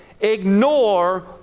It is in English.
Ignore